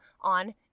on